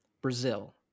Brazil